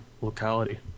locality